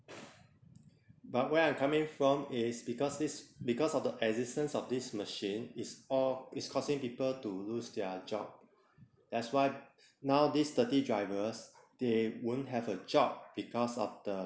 but where I'm coming from is because this because of the existence of this machine it's all it's causing people to lose their job that's why now this thirty drivers they won't have a job because of the